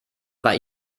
war